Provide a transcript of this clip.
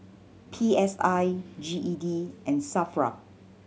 P S I G E D and SAFRA